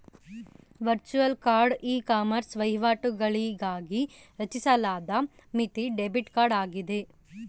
virtual card ecommerce ವಹಿವಾಟುಗಳಿಗಾಗಿ ರಚಿಸಲಾದ ಮಿತಿ ಡೆಬಿಟ್ ಕಾರ್ಡ್ ಆಗಿದೆ